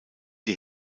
die